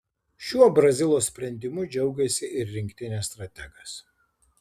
šiuo brazilo sprendimu džiaugėsi ir rinktinės strategas